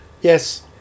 Yes